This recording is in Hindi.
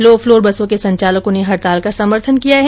लोफ्लोर बसों के संचालकों ने हडताल का समर्थन किया है